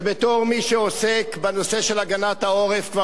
ובתור מי שעוסק בנושא של הגנת העורף כבר